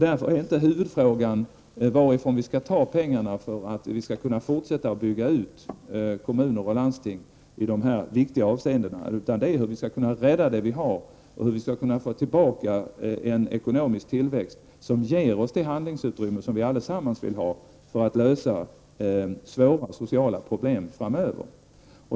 Därför är inte huvudfrågan varifrån vi skall ta pengarna för att kunna fortsätta att bygga ut kommuner och landsting i dessa viktiga avseenden, utan den är hur vi skall rädda det vi har och hur vi skall få tillbaka en ekonomisk tillväxt, som ger oss det handlingsutrymme som vi allesammans vill ha för att lösa svåra sociala problem framöver.